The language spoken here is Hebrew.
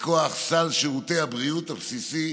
מכוח סל שירותי הבריאות הבסיסי